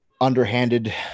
underhanded